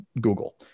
Google